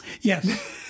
Yes